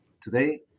Today